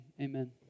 amen